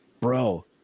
bro